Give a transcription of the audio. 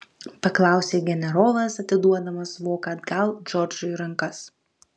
paklausė generolas atiduodamas voką atgal džordžui į rankas